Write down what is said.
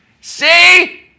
See